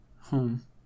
Home